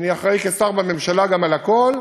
אני אחראי כשר בממשלה גם לכול.